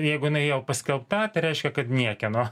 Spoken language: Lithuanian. jeigu jinai jau paskelbta tai reiškia kad niekieno